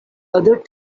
other